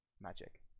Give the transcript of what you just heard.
magic